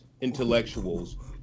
intellectuals